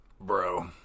Bro